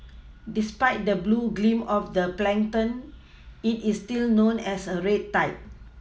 despite the blue gleam of the plankton it is still known as a red tide